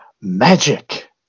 Magic